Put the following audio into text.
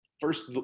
first